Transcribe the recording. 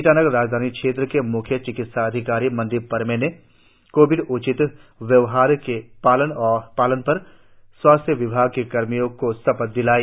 ईटानगर राजधानी क्षेत्र के म्ख्य चिकित्सा अधिकारी मनदीप परमे ने कोविड उचित व्यवहार के पालन पर स्वास्थ्य विभाग के कर्मियों को शपथ दिलाई